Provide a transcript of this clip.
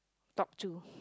talk to